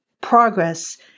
progress